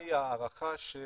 מהי ההערכה של